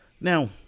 now